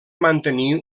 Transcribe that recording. mantenir